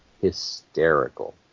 hysterical